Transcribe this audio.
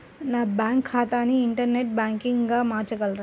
నా బ్యాంక్ ఖాతాని ఇంటర్నెట్ బ్యాంకింగ్గా మార్చగలరా?